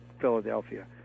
Philadelphia